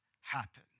happen